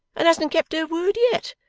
and hasn't kept her word yet.